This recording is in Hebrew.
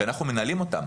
אנחנו מנהלים אותם.